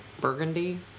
burgundy